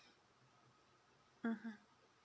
mmhmm